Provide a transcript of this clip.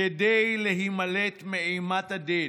כדי להימלט מאימת הדין,